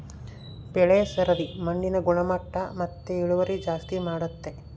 ಬೆಳೆ ಸರದಿ ಮಣ್ಣಿನ ಗುಣಮಟ್ಟ ಮತ್ತೆ ಇಳುವರಿ ಜಾಸ್ತಿ ಮಾಡ್ತತೆ